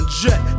jet